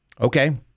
Okay